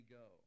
go